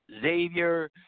Xavier